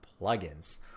plugins